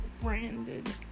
branded